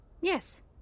Yes